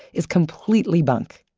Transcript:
is completely bunk.